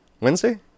Wednesday